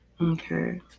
Okay